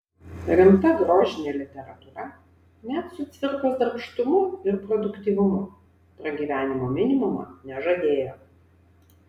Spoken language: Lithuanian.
rimta grožinė literatūra net su cvirkos darbštumu ir produktyvumu pragyvenimo minimumo nežadėjo